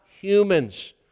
humans